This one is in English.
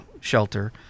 shelter